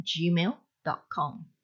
gmail.com